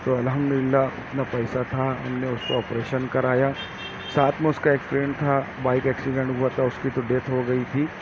تو الحمد للہ اتنا پیسہ تھا ہم نے اس کو آپریشن کرایا ساتھ میں اس کا ایک فرینڈ تھا بائک ایکسیڈنٹ ہوا تھا اس کی تو ڈیتھ ہو گئی تھی